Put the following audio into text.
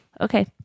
Okay